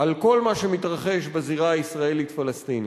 על כל מה שמתרחש בזירה הישראלית-פלסטינית.